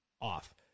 off